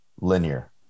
linear